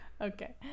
Okay